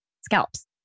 scalps